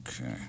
Okay